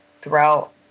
throughout